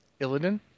Illidan